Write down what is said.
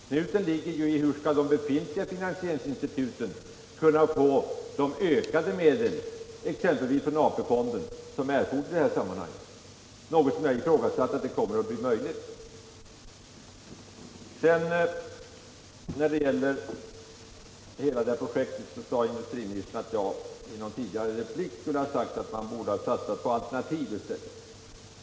Knuten är hur befintliga finansieringsinstitut skall kunna få de ökade medel, exempelvis från AP-fonden, som är erforderliga i det här sammanhanget, något som jag ifrågasätter om det kommer att bli möjligt. Industriministern yttrade om hela det här projektet också att jag i en tidigare replik skulle ha sagt att man borde ha satsat på alternativ i stället.